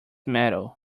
metal